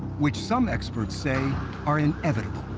which some experts say are inevitable?